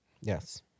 Yes